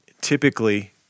typically